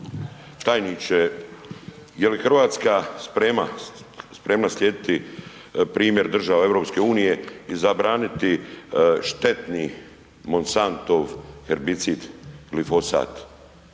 Tajniče, je li RH spremna slijediti primjer država EU i zabraniti štetni Monsantov herbicid, glifosat?